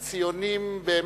ציונים, באמת,